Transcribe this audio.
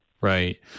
right